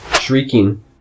Shrieking